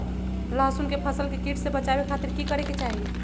लहसुन के फसल के कीट से बचावे खातिर की करे के चाही?